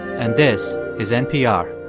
and this is npr